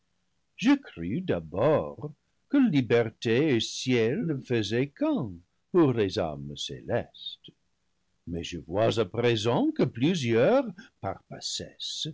je crus d'abord que liberté et ciel ne fai saient qu'un pour les âmes célestes mais je vois à présent que plusieurs par